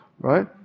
right